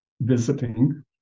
visiting